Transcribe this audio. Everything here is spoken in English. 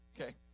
okay